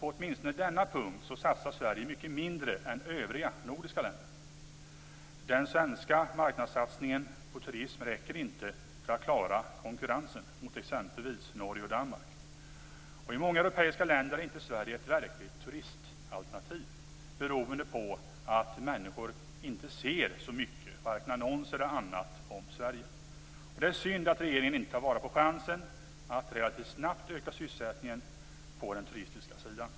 På åtminstone denna punkt satsar Sverige mycket mindre än övriga nordiska länder. Den svenska marknadssatsningen på turism räcker inte för att klara konkurrensen med exempelvis Norge eller Danmark. I många europeiska länder är inte Sverige ett verkligt turistalternativ, beroende på att människor inte ser några annonser för Sverige. Det är synd att regeringen inte tar vara på chansen att relativt snabbt öka sysselsättningen på turistsidan.